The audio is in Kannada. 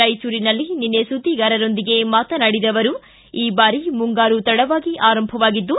ರಾಯಚೂರಿನಲ್ಲಿ ನಿನ್ನೆ ಸುದ್ದಿಗಾರರೊಂದಿಗೆ ಮಾತನಾಡಿದ ಅವರು ಈ ಬಾರಿ ಮುಂಗಾರು ತಡವಾಗಿ ಆರಂಭಗೊಂಡಿದ್ದು